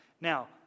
Now